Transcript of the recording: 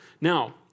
Now